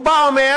הוא בא ואומר: